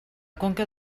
conca